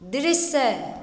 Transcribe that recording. दृश्य